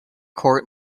court